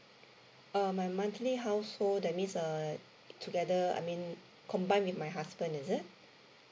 uh my monthly household that means uh together I mean combine with my husband is it